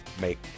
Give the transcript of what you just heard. make